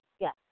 Yes